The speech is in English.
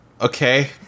Okay